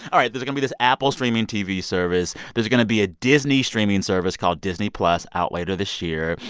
all right, there's going to be this apple streaming tv service. there's going to be a disney streaming service called disney plus out later this year.